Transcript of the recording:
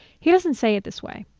he doesn't say it this way.